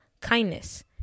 kindness